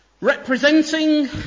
Representing